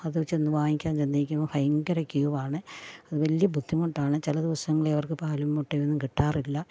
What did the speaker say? അത് ചെന്നു വാങ്ങിക്കാൻ ചെന്നേക്കുമ്പോൾ ഭയങ്കര ക്യൂ ആണ് അത് വലിയ ബുദ്ധിമുട്ടാണ് ചില ദിവസങ്ങളിൽ അവർക്ക് പാലും മുട്ടയൊന്നും കിട്ടാറില്ല